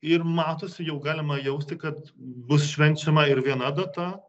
ir matosi jau galima jausti kad bus švenčiama ir viena data